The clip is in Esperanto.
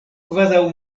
kvazaŭ